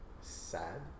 sad